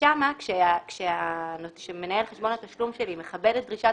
שם כשמנהל חשבון התשלום שלי מכבד את דרישת